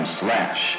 slash